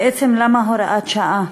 בעצם למה הוראת שעה,